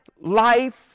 life